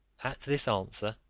at this answer,